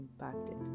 impacted